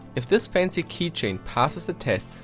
if this fancy keychain passes the test,